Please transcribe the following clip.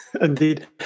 indeed